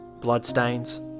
bloodstains